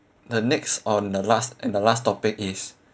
the next or the last and the last topic is